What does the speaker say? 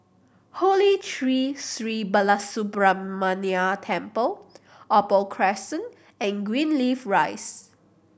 Holy Tree Sri Balasubramaniar Temple Opal Crescent and Greenleaf Rise